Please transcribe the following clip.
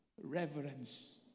reverence